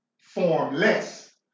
formless